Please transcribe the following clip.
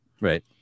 Right